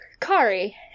Kari